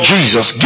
Jesus